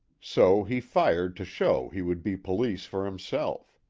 so he fired to show he would be police for himself.